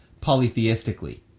polytheistically